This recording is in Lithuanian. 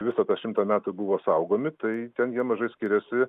visą tą šimtą metų buvo saugomi tai ten jie mažai skiriasi